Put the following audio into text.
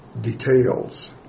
details